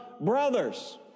brothers